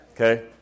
Okay